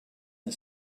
and